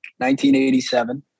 1987